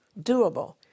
doable